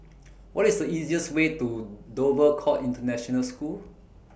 What IS The easiest Way to Dover Court International School